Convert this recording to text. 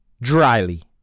dryly